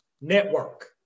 network